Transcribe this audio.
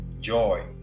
joy